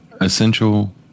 Essential